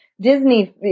Disney